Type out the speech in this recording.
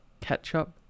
ketchup